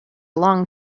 long